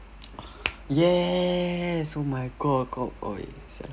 ah yes oh my god kau